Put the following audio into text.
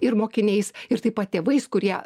ir mokiniais ir taip pat tėvais kurie